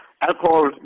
alcohol